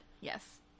Yes